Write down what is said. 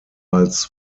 als